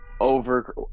over